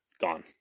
Gone